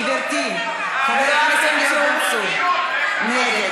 גברתי, חבר הכנסת יואב בן צור, נגד.